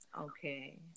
Okay